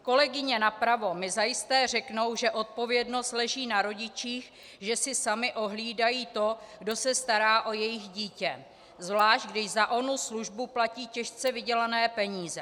Kolegyně napravo mi zajisté řeknou, že odpovědnost leží na rodičích, že si sami ohlídají to, kdo se stará o jejich dítě, zvlášť když za onu službu platí těžce vydělané peníze.